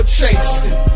chasing